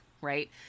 right